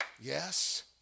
Yes